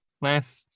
last